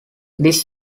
this